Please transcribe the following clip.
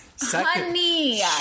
Honey